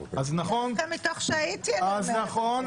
דווקא מתוך שהייתי אני אומרת את זה.